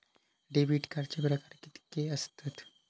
Debit कार्डचे प्रकार कीतके आसत?